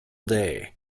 day